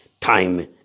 time